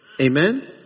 Amen